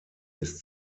ist